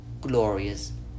glorious